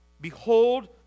behold